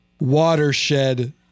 watershed